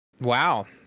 Wow